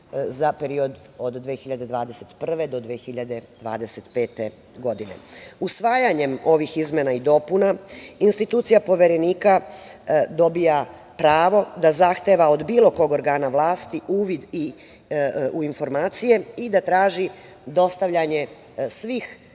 za period od 2021. godine do 2025. godine. Usvajanjem ovih izmena i dopuna institucija Poverenika dobija pravo da zahteva od bilo kog organa vlasti uvid u informacije i da traži dostavljanje svih